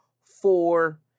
four